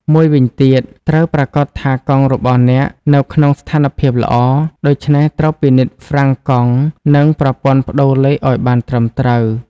មួយវិញទៀត ត្រូវប្រាកដថាកង់របស់អ្នកនៅក្នុងស្ថានភាពល្អ ដូច្នេះត្រូវពិនិត្យហ្វ្រាំងកង់ និងប្រព័ន្ធប្ដូរលេខឲ្យបានត្រឹមត្រូវ។